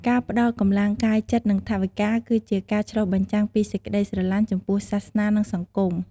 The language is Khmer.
ការផ្ដល់កម្លាំងកាយចិត្ត និងថវិកា គឺជាការឆ្លុះបញ្ចាំងពីសេចក្តីស្រឡាញ់ចំពោះសាសនា និងសង្គម។